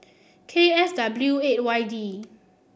K F W eight Y D